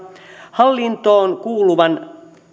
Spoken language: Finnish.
hallintoon kuluvan